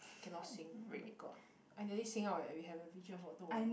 cannot sing oh my god I nearly sing out eh we had a vision for tomorrow